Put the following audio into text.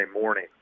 morning